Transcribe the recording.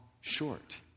short